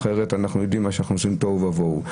אחרת אנחנו יודעים שאנחנו עושים תוהו ובוהו.